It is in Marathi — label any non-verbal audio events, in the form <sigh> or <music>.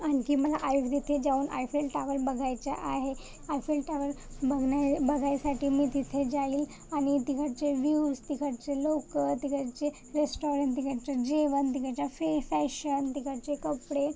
आणखी मला <unintelligible> जाऊन आयफेल टावर बघायचा आहे आयफेल टावर बघण्या आहे बघायसाठी मी तिथे जाईल आणि तिकडचे व्यूस तिकडचे लोक तिकडचे रेस्टॉरन तिकडचं जेवण तिकडच्या फे फॅशन तिकडचे कपडे